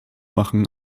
machen